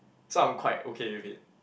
so I'm quite okay with it